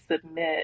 submit